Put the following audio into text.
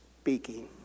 Speaking